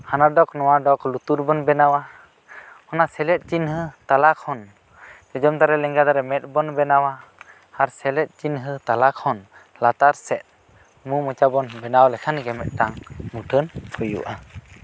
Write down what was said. ᱦᱟᱱᱟ ᱰᱚᱜᱽ ᱱᱚᱶᱟ ᱰᱚᱜᱽ ᱞᱩᱛᱩᱨ ᱵᱚᱱ ᱵᱮᱱᱟᱣᱟ ᱚᱱᱟ ᱥᱮᱞᱮᱫ ᱪᱤᱱᱦᱟᱹ ᱛᱟᱞᱟ ᱠᱷᱚᱱ ᱡᱚᱡᱚᱢ ᱫᱷᱟᱨᱮ ᱞᱮᱸᱜᱟ ᱫᱷᱟᱨᱮ ᱢᱮᱸᱫ ᱵᱚᱱ ᱵᱮᱱᱟᱣᱟ ᱟᱨ ᱥᱮᱞᱮᱫ ᱪᱤᱱᱦᱟᱹ ᱛᱟᱞᱟ ᱠᱷᱚᱱ ᱞᱟᱛᱟᱨ ᱥᱮᱫ ᱢᱩᱸᱼᱢᱚᱪᱟ ᱵᱚᱱ ᱵᱮᱱᱟᱣ ᱞᱮᱠᱷᱟᱱ ᱜᱮ ᱢᱤᱫᱴᱮᱱ ᱢᱩᱴᱷᱟᱹᱱ ᱦᱩᱭᱩᱜᱼᱟ